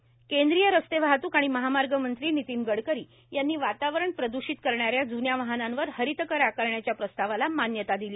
ज़्न्या वाहनांवर हरित कर केंद्रीय रस्ते वाहतूक आणि महामार्ग मंत्री नितीन गडकरी यांनी वातावरण प्रद्धषित करणाऱ्या जुन्या वाहनांवर हरित कर आकारण्याच्या प्रस्तावाला मान्यता दिली